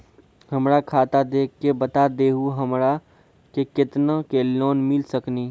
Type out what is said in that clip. हमरा खाता देख के बता देहु हमरा के केतना के लोन मिल सकनी?